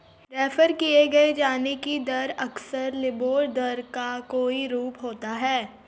refer किये जाने की दर अक्सर लिबोर दर का कोई रूप होता है